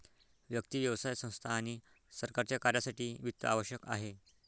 व्यक्ती, व्यवसाय संस्था आणि सरकारच्या कार्यासाठी वित्त आवश्यक आहे